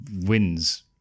wins